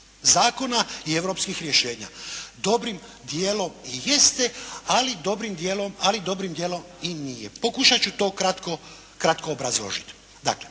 zakona i europskih rješenja? Dobrim dijelom i jeste ali dobrim dijelom i nije. Pokušat ću to kratko obrazložit. Dakle,